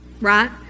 right